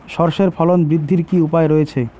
সর্ষের ফলন বৃদ্ধির কি উপায় রয়েছে?